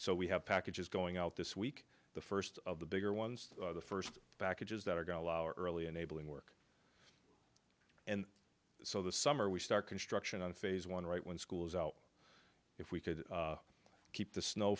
so we have packages going out this week the first of the bigger ones the first back inches that are going to allow early enabling work and so the summer we start construction on phase one right when school is out if we could keep the snow